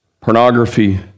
pornography